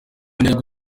ntiyari